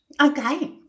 Okay